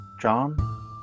John